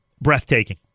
breathtaking